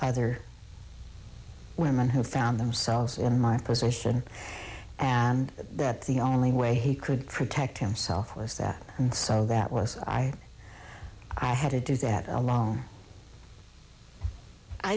other women who found themselves in my position and that the only way he could protect himself was that so that was i i had to do that alone i